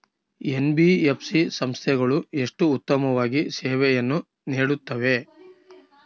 NBFC ಸಂಸ್ಥೆಗಳು ಎಷ್ಟು ಉತ್ತಮವಾಗಿ ಸೇವೆಯನ್ನು ನೇಡುತ್ತವೆ?